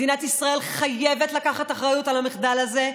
מדינת ישראל חייבת לקחת אחריות על המחדל הזה,